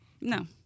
No